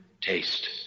taste